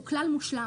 הוא כלל מושלם.